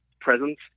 presence